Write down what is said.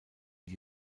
die